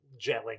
gelling